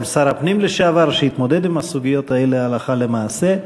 גם שר הפנים לשעבר שהתמודד עם הסוגיות האלה הלכה למעשה.